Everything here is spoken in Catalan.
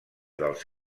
dels